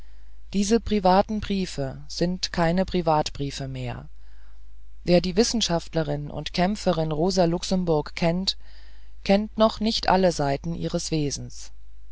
diese privaten briefe sind keine privatbriefe mehr wer die wissenschaftlerin und kämpferin rosa luxemburg kennt kennt noch nicht alle seiten ihres wesens